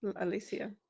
Alicia